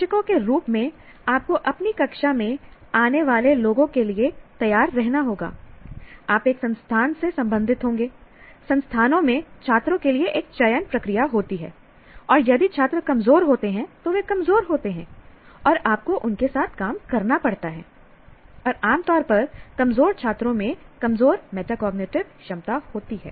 शिक्षकों के रूप में आपको अपनी कक्षा में आने वाले लोगों के लिए तैयार रहना होगा आप एक संस्थान से संबंधित होंगे संस्थानों में छात्रों के लिए एक चयन प्रक्रिया होती है और यदि छात्र कमजोर होते हैं तो वे कमजोर होते हैं और आपको उनके साथ काम करना पड़ता है और आमतौर पर कमजोर छात्रों में कमजोर मेटाकॉग्निटिव क्षमता होती है